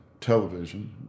television